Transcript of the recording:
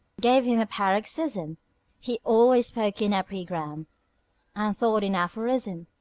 gave him a paroxysm he always spoke in epigram and thought in aphorism.